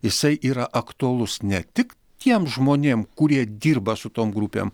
jisai yra aktualus ne tik tiem žmonėm kurie dirba su tom grupėm